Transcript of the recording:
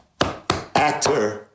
actor